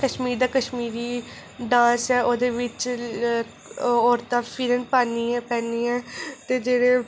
कश्मीर दा कश्मीरी डांस ऐ ओह्दे बिच्च औरतां फिरन पांदियां ते जेह्ड़े